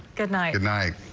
good night tonight.